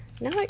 No